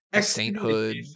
Sainthood